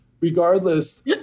regardless